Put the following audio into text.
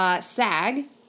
SAG